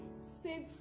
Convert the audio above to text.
save